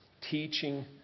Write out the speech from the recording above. teaching